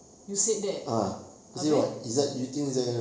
you said that ah then